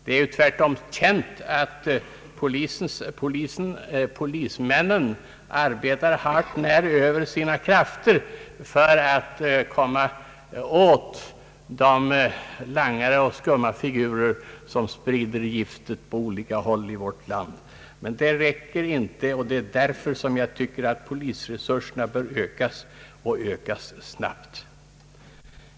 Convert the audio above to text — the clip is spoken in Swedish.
Det är känt att många polismän arbetar betydligt mer än krafterna tillåter för att komma åt de langare och andra skumma figurer som sprider narkotikagiftet på olika håll i vårt land. Men det räcker inte, och det är därför jag tycker att polisens resurser bör ökas och ökas snabbt.